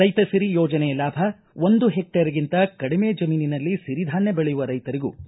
ರೈತ ಸಿರಿ ಯೋಜನೆ ಲಾಭ ಒಂದು ಹೆಕ್ಟೇರ್ಗಿಂತ ಕಡಿಮೆ ಜಮೀನಿನಲ್ಲಿ ಸಿರಿ ಧಾನ್ಯ ಬೆಳೆಯುವ ರೈತರಿಗೂ ಸಿಗಲಿದೆ